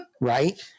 right